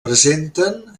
presenten